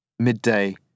Midday